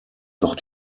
doch